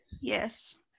Yes